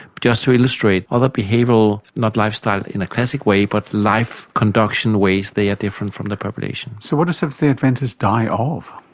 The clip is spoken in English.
just to illustrate, other behavioural, not lifestyle in a classic way but life conduction ways they are different from the population. so what do seventh-day adventists die of?